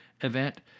event